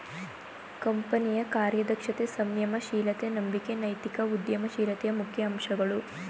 ಕಂಪನಿಯ ಕಾರ್ಯದಕ್ಷತೆ, ಸಂಯಮ ಶೀಲತೆ, ನಂಬಿಕೆ ನೈತಿಕ ಉದ್ಯಮ ಶೀಲತೆಯ ಮುಖ್ಯ ಅಂಶಗಳು